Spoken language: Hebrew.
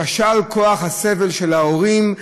כשל כוח הסבל של ההורים,